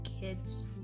Kids